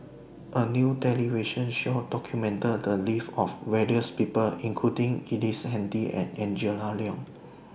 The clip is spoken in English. A New television Show documented The Lives of various People including Ellice Handy and Angela Liong